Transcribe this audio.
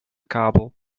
kabel